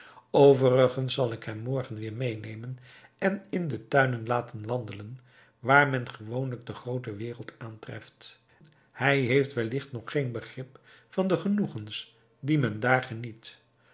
overigens zal ik hem morgen weer meenemen en in de tuinen laten wandelen waar men gewoonlijk de groote wereld aantreft hij heeft wellicht nog geen begrip van de genoegens die men daar geniet